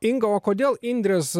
inga o kodėl indrės